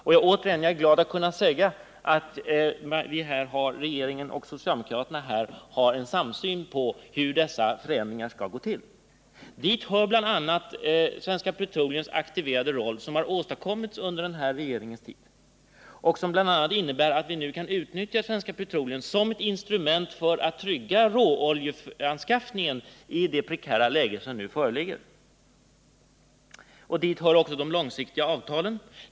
Jag är återigen glad att kunna säga att regeringen och socialdemokraterna här har en samsyn på hur dessa förändringar skall gå till. Hit hör bl.a. Svenska Petroleum AB:s aktiverade roll som har åstadkommits under den här regeringens tid och som bl.a. innebär att vi nu kan utnyttja Svenska Petroleum AB som ett instrument för att trygga råoljeanskaffningen i det nuvarande prekära läget. Dit hör också de långsiktiga avtalen.